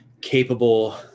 capable